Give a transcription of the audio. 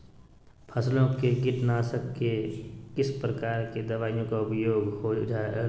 फसलों के कीटनाशक के किस प्रकार के दवाइयों का उपयोग हो ला?